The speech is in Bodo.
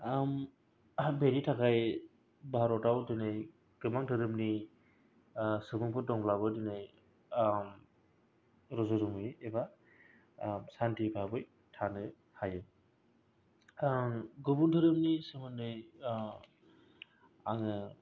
बेनि थाखाय भारताव दिनै गोबां धोरोमनि सुबुंफोर दंब्लाबो दिनै रुजु रुमुयै एबा सान्थि भाबै थानो हायो गुबुन धोरोमनि सोमोन्दै आङो